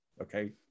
okay